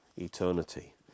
eternity